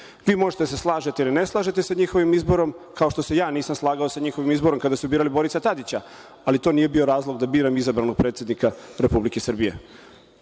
Vi možete da se slažete ili ne slažete sa njihovim izborom, kao što se ja nisam slagao sa njihovim izborom kada su birali Borisa Tadića, ali to nije bio razlog da biram izabranog predsednika Republike